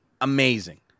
Amazing